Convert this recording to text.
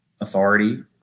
authority